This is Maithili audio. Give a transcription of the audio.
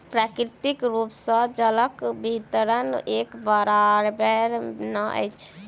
प्राकृतिक रूप सॅ जलक वितरण एक बराबैर नै अछि